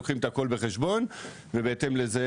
לוקחים את הכל בחשבון, ובהתאם לכך